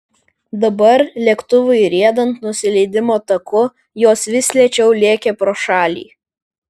dabar lėktuvui riedant nusileidimo taku jos vis lėčiau lėkė pro šalį